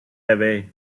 away